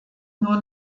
nur